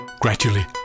Gradually